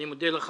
אני מודה לך.